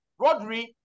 Rodri